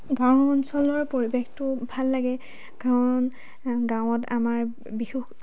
গাঁও অঞ্চলৰ পৰিৱেশটো ভাল লাগে কাৰণ গাঁৱত আমাৰ বিহু